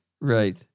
right